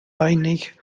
einig